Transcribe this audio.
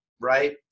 Right